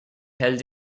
held